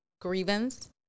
grievance